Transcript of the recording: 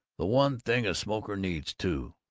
the one thing a smoker needs, too.